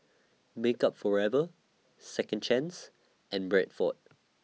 Makeup Forever Second Chance and Bradford